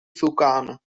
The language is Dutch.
vulkanen